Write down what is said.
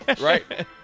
Right